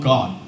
God